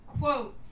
quote